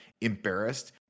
embarrassed